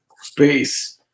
space